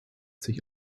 sich